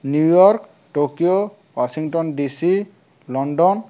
New York Tokyo Washington DC London